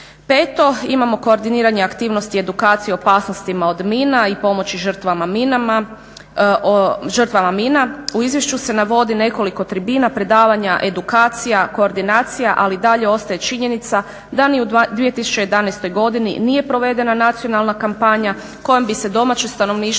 Peto, imamo koordiniranje aktivnosti i edukacije opasnostima od mina i pomoći žrtvama mina. U izvješću se navodi nekoliko tribina, predavanja, edukacija, koordinacija ali i dalje ostaje činjenica da ni u 2011. godini nije provedena nacionalna kampanja kojom bi se domaće stanovništvo